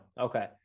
Okay